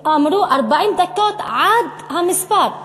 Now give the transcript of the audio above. אמרו: 40 דקות עד המספר,